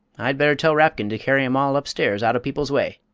i'd better tell rapkin to carry em all upstairs out of people's way.